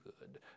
good